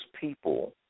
people